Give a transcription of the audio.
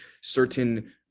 certain